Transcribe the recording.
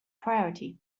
priority